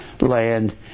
land